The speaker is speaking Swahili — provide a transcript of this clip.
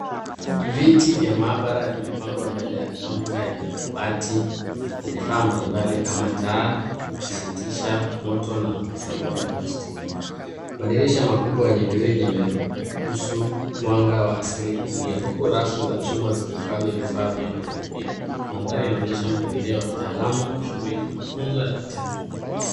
Viti vya maabara vimepangwa mbele ya counter yenye kabati na vifaa mbalimbali kama taa ikisitisha moto na masanduku ya plastiki. Madirisha makubwa yenye grili yanaruhusu mwanga wa asili kuingia huku rafu za huma zikihifadhi vifaa vya majaribio. Mandhari inaonyesha mpangilio wa kitaalamu kwa shughuli ya mafunzo ya vitendo.